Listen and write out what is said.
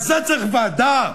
אז זה צריך ועדה?